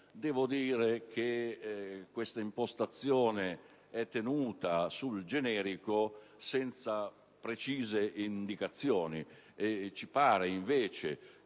devo dire che questa impostazione è tenuta sul generico, senza precise indicazioni.